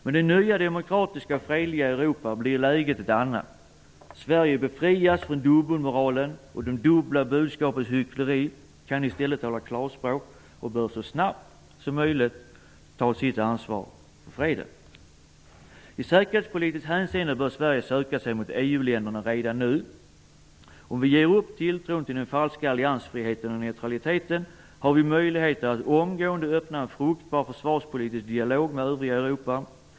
Med det nya demokratiska och fredliga Europa blir läget ett annat. Sverige befrias från dubbelmoralens och de dubbla budskapens hyckleri och kan i stället tala klarspråk. Sverige bör så snabbt som möjligt ta sitt ansvar för freden. I säkerhetspolitiskt hänseende bör Sverige redan nu söka sig mot EU-länderna. Om vi ger upp tilltron till den falska alliansfriheten och neutraliteten, har vi möjligheter att omgående öppna en fruktbar försvarspolitisk dialog med det övriga Europa.